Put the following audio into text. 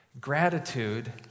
Gratitude